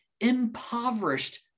impoverished